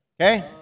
Okay